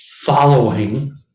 following